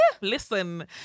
listen